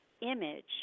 image